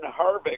Harvick